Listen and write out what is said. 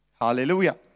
Hallelujah